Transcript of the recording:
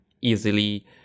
easily